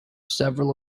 several